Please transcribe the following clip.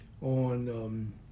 on